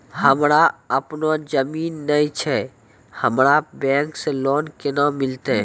हमरा आपनौ जमीन नैय छै हमरा बैंक से लोन केना मिलतै?